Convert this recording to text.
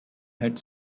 had